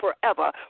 forever